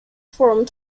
formed